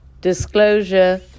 disclosure